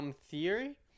theory